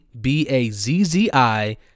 B-A-Z-Z-I